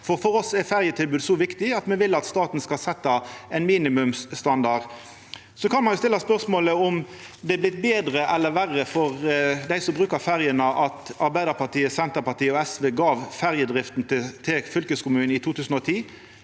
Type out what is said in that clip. for oss er ferjetilbod så viktig at me vil at staten skal setja ein minimumsstandard. Ein kan stilla spørsmål om det har vorte betre eller verre for dei som brukar ferjene, at Arbeidarpartiet, Senterpartiet og SV gav ferjedrifta til fylkeskommunen i 2010.